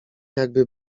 jakby